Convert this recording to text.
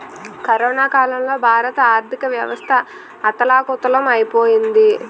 corona కాలంలో భారత ఆర్థికవ్యవస్థ అథాలకుతలం ఐపోయింది